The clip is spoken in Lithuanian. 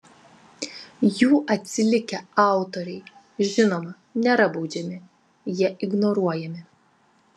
jų atsilikę autoriai žinoma nėra baudžiami jie ignoruojami